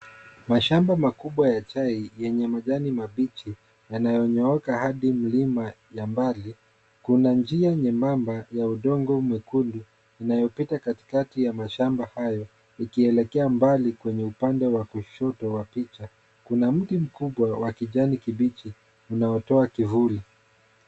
Mashamba makubwa ya chai yenye majani mabichi, yanayonyooka hadi mlima ya mbali. Kuna njia nyebamba ya udongo mwekundu inaopita katikati ya mashamba hayo ikielekea mbali kwenye upande wa kushoto wa picha. Kuna mti mkubwa wa kijani kibichi unaotoa kivuli.